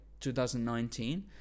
2019